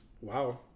wow